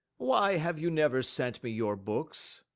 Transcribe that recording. why have you never sent me your books?